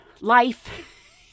life